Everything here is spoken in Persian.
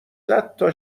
صدتا